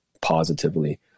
positively